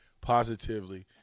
Positively